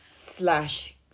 slash